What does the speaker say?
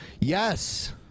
Yes